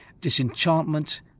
disenchantment